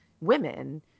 women